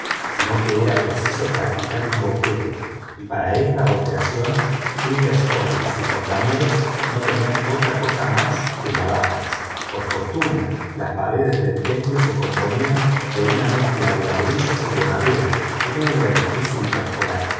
sino que era preciso practicar un boquete y para esta operación phileas fogg y sus compañeros no tenían otra cosa más que navajas por fortuna las paredes del templo se componían de una mezcla de ladrillos y madera que no era difícil perforar